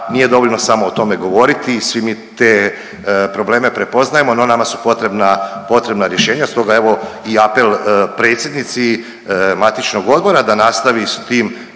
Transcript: nije dovoljno samo o tome govoriti. Svi mi te probleme prepoznajemo no nama su potrebna rješenja, stoga evo i apel predsjednici matičnog odbora da nastavi s tim